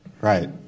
Right